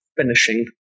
finishing